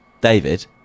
David